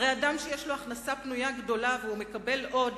הרי אדם שיש לו הכנסה פנויה גדולה והוא מקבל עוד,